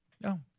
No